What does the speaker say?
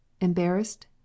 embarrassed